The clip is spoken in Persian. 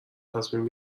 تصمیم